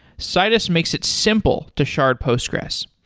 citus makes it simple to shard postgres.